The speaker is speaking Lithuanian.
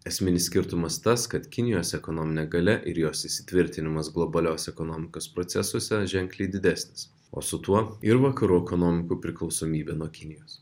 esminis skirtumas tas kad kinijos ekonominė galia ir jos įsitvirtinimas globalios ekonomikos procesuose ženkliai didesnis o su tuo ir vakarų ekonomikų priklausomybė nuo kinijos